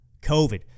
COVID